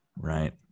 right